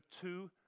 two